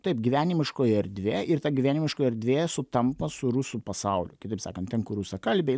taip gyvenimiškoji erdvė ir ta gyvenimiška erdvė sutampa su rusų pasaulį kitaip sakant ten kur rusakalbiai nu